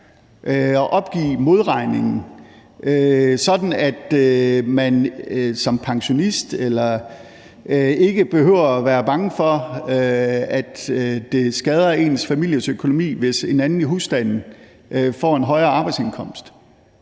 at opgive modregningen, sådan at man som pensionist ikke behøver at være bange for, at det skader ens families økonomi, hvis en anden i husstanden får en højere arbejdsindkomst.